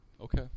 okay